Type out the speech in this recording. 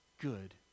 good